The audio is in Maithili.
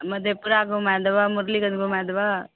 मधेपुरा घुमाय देबऽ मुरलीगंज घुमाय देबऽ